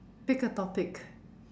pick a topic